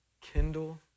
kindle